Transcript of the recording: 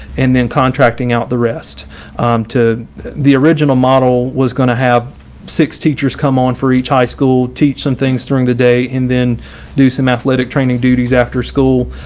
and then contracting out the rest to the original model was going to have six teachers come on for each high school, teach some things during the day and then do some athletic training duties after school.